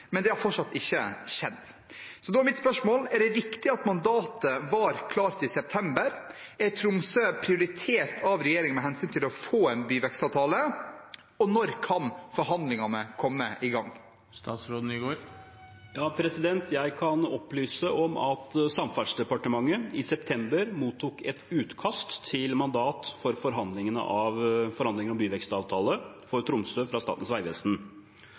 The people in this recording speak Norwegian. men det har fortsatt ikke skjedd. Er det riktig at mandatet var klart i september, er Tromsø prioritert av regjeringen med hensyn til å få en byvekstavtale, og når kan forhandlingene komme i gang?» Jeg kan opplyse om at Samferdselsdepartementet i september mottok et utkast til mandat for forhandlingene om byvekstavtale for Tromsø, fra Statens vegvesen.